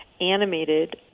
animated